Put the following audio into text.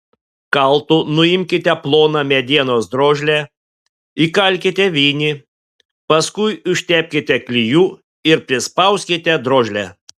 kaltu nuimkite ploną medienos drožlę įkalkite vinį paskui užtepkite klijų ir prispauskite drožlę